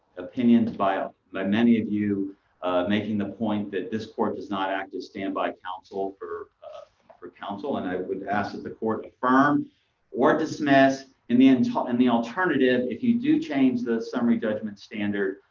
opinions by ah like many of you making the point that this court does not act as standby counsel for for counsel, and i would ask that the court affirm or dismiss. and and and the alternative, if you do change the summary judgment standard,